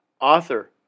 Author